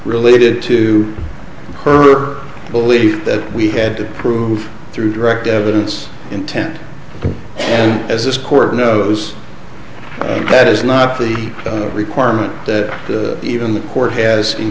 related to her belief that we had to prove through direct evidence intent as this court knows that is not the requirement that the even the court has in